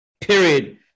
period